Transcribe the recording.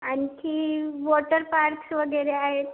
आणखी water parks वगैरे आहेत